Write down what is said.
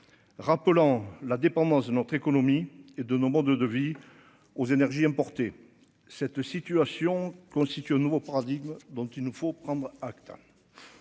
rappelant la dépendance de notre économie et de nos modes de vie aux énergies importées, cette situation constitue un nouveau paradigme, donc il nous faut prendre acte